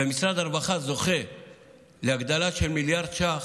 ומשרד הרווחה זוכה להגדלה של מיליארד שקל,